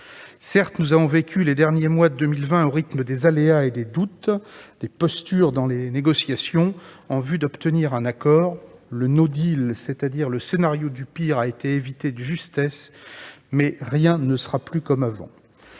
Certes, nous avons vécu les derniers mois de 2020 au rythme des aléas, des doutes et des postures dans les négociations en vue d'obtenir un accord. Le, c'est-à-dire le scénario du pire, a été évité de justesse, mais rien ne sera plus comme avant.